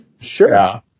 Sure